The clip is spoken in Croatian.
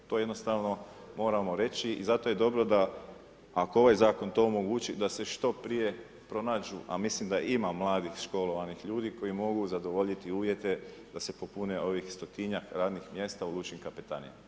To jednostavno moramo reći i zato je dobro da ako ovaj zakon to omogući, da se što prije pronađu, a mislim da ima mladih školovanih ljudi, koji mogu zadovoljiti uvjete, da se popune ovih 100-njak radnih mjesta u lučkim kapetanija.